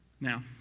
Now